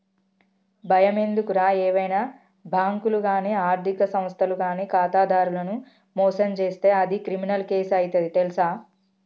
బయమెందుకురా ఏవైనా బాంకులు గానీ ఆర్థిక సంస్థలు గానీ ఖాతాదారులను మోసం జేస్తే అది క్రిమినల్ కేసు అయితది తెల్సా